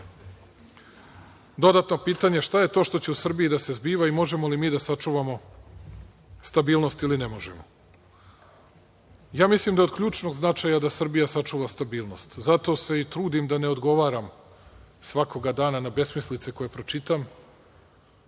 dodatno pitanje – šta je to što će u Srbiji da se zbiva i možemo li mi da sačuvamo stabilnost ili ne možemo? Ja mislim da je od ključnog značaja da Srbija sačuva stabilnost, zato se i trudim da ne odgovaram svakoga dana na besmislice koje pročitam